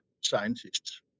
scientists